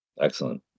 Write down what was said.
Excellent